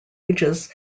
ages